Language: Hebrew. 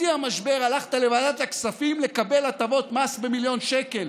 בשיא המשבר הלכת לוועדת הכספים לקבל הטבות מס במיליון שקל.